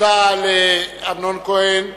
תודה לחבר הכנסת אמנון כהן,